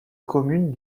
communes